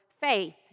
faith